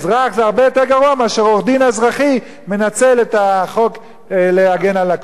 זה הרבה יותר גרוע מאשר עורך-דין אזרחי שמנצל את החוק להגן על לקוחו.